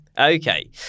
Okay